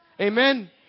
Amen